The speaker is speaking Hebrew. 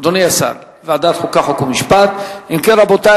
אם כן,